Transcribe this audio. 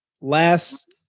last –